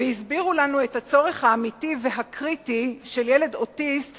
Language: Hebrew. והסבירו לנו את הצורך האמיתי והקריטי של ילד אוטיסט